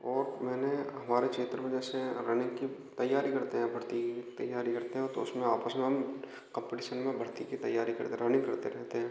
और मैंने हमारे क्षेत्र में जैसे रनिंग की तैयारी करते हैं भर्ती कि तैयारी करते हैं तो उसमें आपस में हम कंपिटिसन में भर्ती की तैयारी करते रनिंग करते रहते हैं